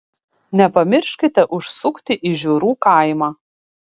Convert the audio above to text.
nepamirškite užsukti į žiurų kaimą